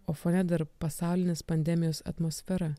o fone dar pasaulinės pandemijos atmosfera